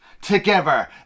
Together